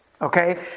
Okay